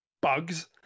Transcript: bugs